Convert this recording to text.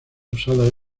usada